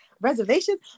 reservations